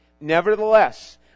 Nevertheless